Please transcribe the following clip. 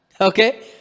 Okay